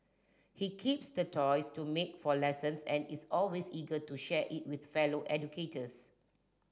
he keeps the toys to make for lessons and is always eager to share it with fellow educators